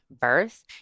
birth